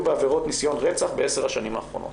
בעבירות ניסיון רצח ב-10 השנים האחרונות.